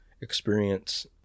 experience